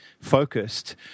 focused